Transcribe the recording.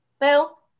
Bill